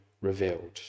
revealed